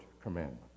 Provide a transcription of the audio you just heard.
commandment